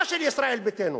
לא של ישראל ביתנו,